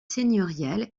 seigneurial